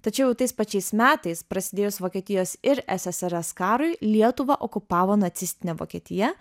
tačiau tais pačiais metais prasidėjus vokietijos ir ssrs karui lietuvą okupavo nacistinė vokietija